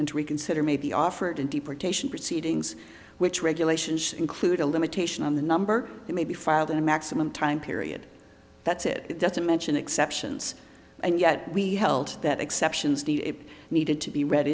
and to reconsider may be offered in deportation proceedings which regulations include a limitation on the number may be filed in a maximum time period that's it doesn't mention exceptions and yet we held that exceptions they needed to be read